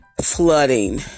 flooding